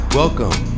welcome